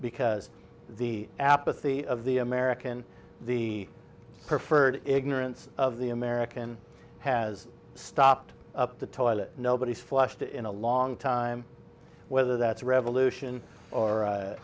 because the apathy of the american the preferred ignorance of the american has stopped the toilet nobody's flushed in a long time whether that's a revolution